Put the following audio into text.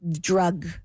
drug